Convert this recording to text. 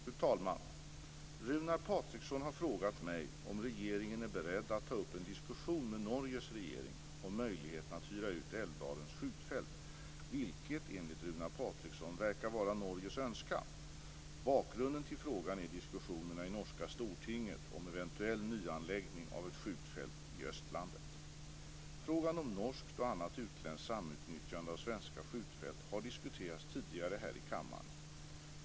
Fru talman! Runar Patriksson har frågat mig om regeringen är beredd att ta upp en diskussion med Norges regering om möjligheten att hyra ut Älvdalens skjutfält, vilket enligt Runar Patriksson verkar vara Norges önskan. Bakgrunden till frågan är diskussionerna i norska Stortinget om eventuell nyanläggning av ett skjutfält i Östlandet. Frågan om norskt och annat utländskt samutnyttjande av svenska skjutfält har diskuterats tidigare här i kammaren.